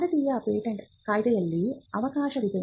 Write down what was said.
ಭಾರತೀಯ ಪೇಟೆಂಟ್ ಕಾಯ್ದೆಯಲ್ಲಿ ಅವಕಾಶವಿದೆ